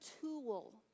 tool